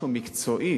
אם זה לא משהו מקצועי